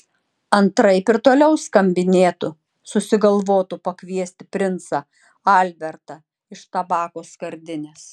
antraip ir toliau skambinėtų susigalvotų pakviesti princą albertą iš tabako skardinės